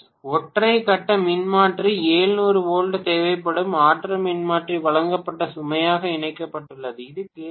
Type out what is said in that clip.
மாணவர் ஒற்றை கட்ட மின்மாற்றி 700 வோல்ட் தேவைப்படும் ஆட்டோ மின்மாற்றி வழங்கப்பட்ட சுமையாக இணைக்கப்பட்டுள்ளது இது கே